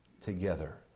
together